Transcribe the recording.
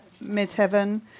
mid-heaven